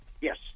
Yes